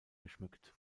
geschmückt